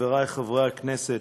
חברי חברי הכנסת,